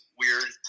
weird